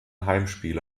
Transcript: heimspiele